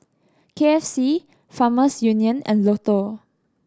K F C Farmers Union and Lotto